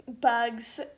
bugs